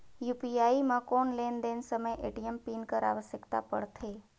UPI म कौन लेन देन समय ए.टी.एम पिन कर आवश्यकता पड़थे?